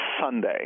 Sunday